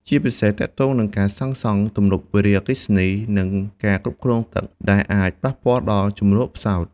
ជាពិសេសទាក់ទងនឹងការសាងសង់ទំនប់វារីអគ្គិសនី និងការគ្រប់គ្រងទឹក ដែលអាចប៉ះពាល់ដល់ជម្រកផ្សោត។